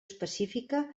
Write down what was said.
específica